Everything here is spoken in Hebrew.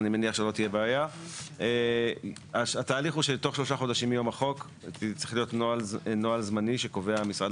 זה ימשיך להיות לפי מה שהמשרד להגנת